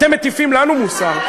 אתם מטיפים לנו מוסר.